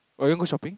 or you want go shopping